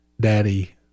daddy